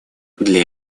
для